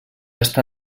està